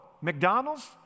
McDonald's